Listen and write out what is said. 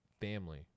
family